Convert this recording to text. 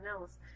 else